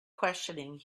questioning